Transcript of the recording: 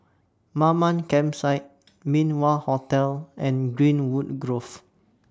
Mamam Campsite Min Wah Hotel and Greenwood Grove